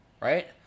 Right